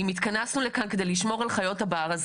אם התכנסנו כאן כדי לשמור על חיות הבר,